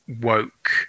woke